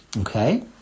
okay